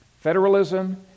Federalism